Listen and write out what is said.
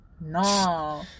No